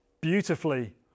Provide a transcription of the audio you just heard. beautifully